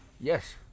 Yes